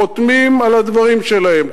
חותמים על הדברים שלהם,